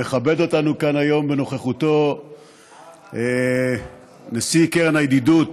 מכבד אותנו כאן היום בנוכחותו נשיא קרן הידידות,